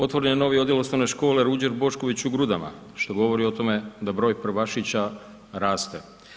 Otvoren je novi odjel OS Ruđer Bošković u Grudama što govori o tome da broj prvašića raste.